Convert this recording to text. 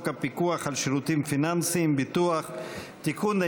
הפיקוח על שירותים פיננסיים (ביטוח) (תיקון,